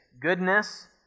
goodness